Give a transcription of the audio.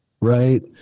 right